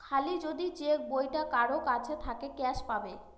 খালি যদি চেক বইটা কারোর কাছে থাকে ক্যাস পাবে